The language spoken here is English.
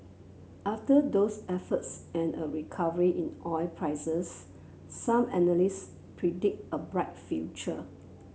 after those efforts and a recovery in oil prices some analysts predict a bright future